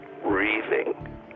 breathing